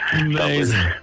Amazing